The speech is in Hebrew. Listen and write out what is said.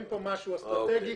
אין פה משהו אסטרטגי.